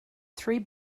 three